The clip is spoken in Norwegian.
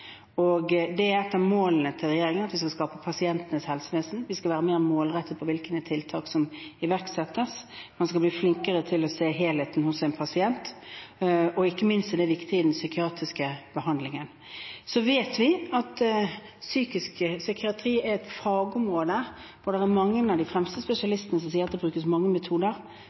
Et av målene til regjeringen er at vi skal skape pasientenes helsevesen, vi skal være mer målrettet med hensyn til hvilke tiltak som iverksettes, man skal bli flinkere til å se helheten hos en pasient. Ikke minst er det viktig i den psykiatriske behandlingen. Så vet vi at psykiatri er et fagområde hvor mange av de fremste spesialistene sier at det brukes mange metoder